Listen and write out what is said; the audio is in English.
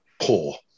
poor